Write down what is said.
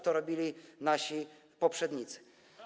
To robili nasi poprzednicy.